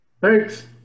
Thanks